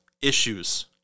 issues